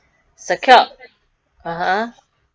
secured (uh huh)